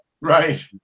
Right